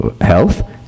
Health